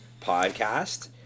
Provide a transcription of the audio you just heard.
podcast